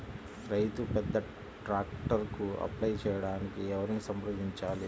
రైతు పెద్ద ట్రాక్టర్కు అప్లై చేయడానికి ఎవరిని సంప్రదించాలి?